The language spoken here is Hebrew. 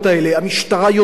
המשטרה יודעת.